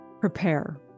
prepare